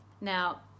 Now